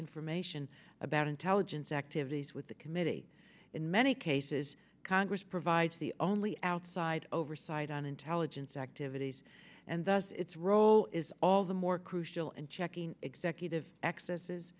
information about intelligence activities with the committee in many cases congress provides the only outside oversight on intelligence activities and thus its role is all the more crucial and checking executive excesses